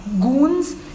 goons